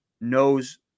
knows